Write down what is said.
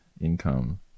income